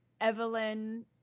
Evelyn